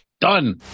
Done